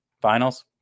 Finals